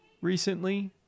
recently